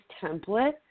template